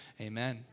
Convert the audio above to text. Amen